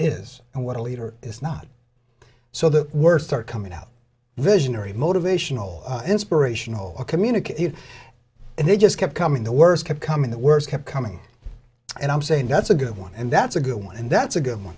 is and what a leader is not so that worse start coming out visionary motivational inspirational or communicate youth and they just kept coming the worst kept coming the worst kept coming and i'm saying that's a good one and that's a good one and that's a good one